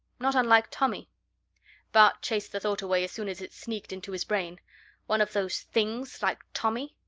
not unlike tommy bart chased the thought away as soon as it sneaked into his brain one of those things, like tommy?